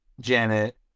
Janet